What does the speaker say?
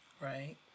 Right